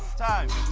time.